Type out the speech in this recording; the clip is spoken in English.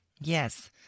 Yes